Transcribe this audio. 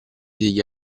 degli